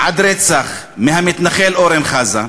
עד רצח, מהמתנחל אורן חזן,